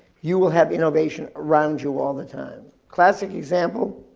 you will have innovation around you all the time. classic example,